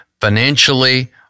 financially